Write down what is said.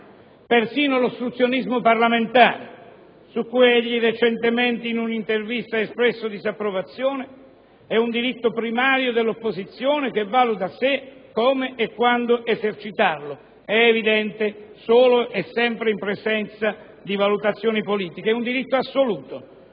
Persino l'ostruzionismo parlamentare, su cui egli recentemente in un'intervista ha espresso disapprovazione, è un diritto primario dell'opposizione che valuta se, come e quando esercitarlo; è evidente, solo e sempre in presenza di valutazioni politiche. È un diritto assoluto,